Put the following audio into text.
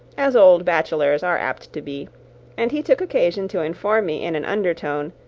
as old bachelors are apt to be and he took occasion to inform me, in an undertone,